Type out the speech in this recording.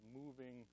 moving